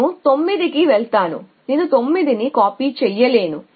నేను 9 కి వెళ్తాను నేను 9 ని కాపీ చేయలేను